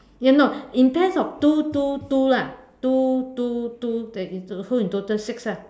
ya no in pairs of two two two lah two two two that in so in total six ah